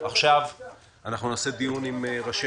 עכשיו נערוך דיון עם ראשי